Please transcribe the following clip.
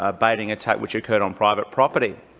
ah baiting attack which occurred on private property.